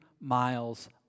miles